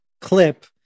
clip